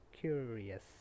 curious